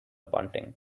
bunting